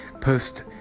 post